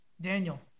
Daniel